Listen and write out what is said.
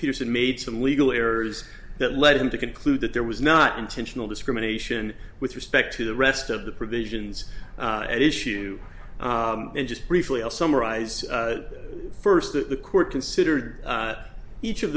peterson made some legal errors that led him to conclude that there was not intentional discrimination with respect to the rest of the provisions at issue and just briefly i'll summarize first that the court considered each of